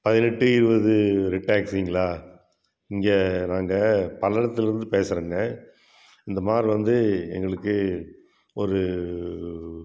பதினெட்டு இருபது ரெட் டாக்ஸிங்களா இங்கே நாங்கள் பல்லடத்துலேருந்து பேசுகிறேங்க இந்தமாதிரி வந்து எங்களுக்கு ஒரு